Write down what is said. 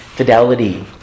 Fidelity